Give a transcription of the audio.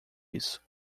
isso